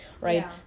right